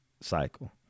cycle